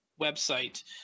website